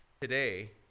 today